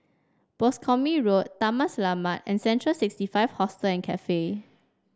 Boscombe Road Taman Selamat and Central sixty five Hostel and Cafe